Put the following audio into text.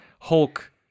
Hulk